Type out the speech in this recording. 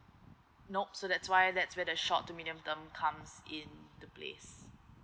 nope so that's why that's where the short to medium term comes in the place